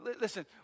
listen